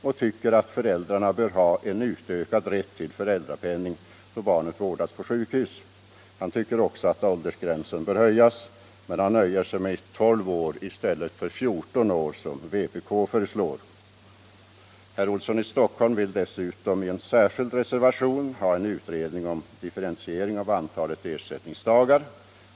Han tycker att föräldrarna bör ha en utökad rätt till föräldrapenning då barnet vårdas på sjukhus. Han tycker också att åldersgränsen bör höjas, men han nöjer sig med 12 år i stället för 14 år som vpk föreslår. Herr Olsson i Stockholm vill dessutom i reservation 3 ha en utredning om differentiering av antalet ersättningsdagar.